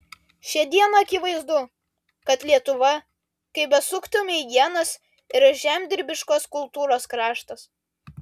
šią dieną akivaizdu kad lietuva kaip besuktumei ienas yra žemdirbiškos kultūros kraštas